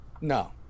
No